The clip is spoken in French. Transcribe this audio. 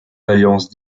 alliances